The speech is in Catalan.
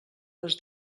les